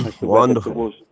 Wonderful